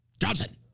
Johnson